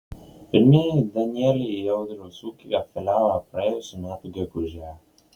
pirmieji danieliai į audriaus ūkį atkeliavo praėjusių metų gegužę